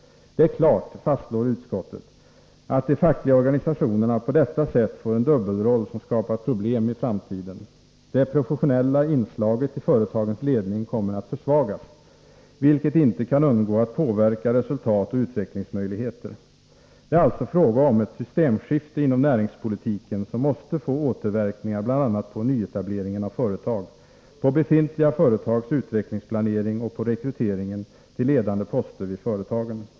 Det är klart, fastslår utskottet, att de fackliga organisationerna på detta sätt får en dubbelroll som skapar problem i framtiden. Det professionella inslaget i företagens ledning kommer att försvagas, vilket inte kan undgå att påverka resultat och utvecklingsmöjligheter. Det är alltså fråga om ett systemskifte inom näringspolitiken, som måste få återverkningar bl.a. på nyetableringen av företag, på befintliga företags utvecklingsplanering och på rekryteringen till ledande poster i företagen.